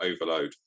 Overload